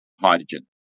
hydrogen